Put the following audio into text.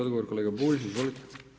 Odgovor kolega Bulj, izvolite.